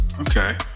Okay